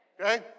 Okay